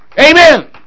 Amen